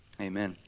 Amen